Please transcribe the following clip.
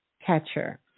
Catcher